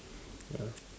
ya